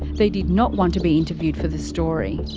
they did not want to be interviewed for this story.